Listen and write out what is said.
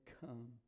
come